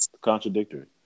Contradictory